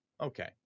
Okay